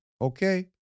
Okay